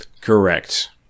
Correct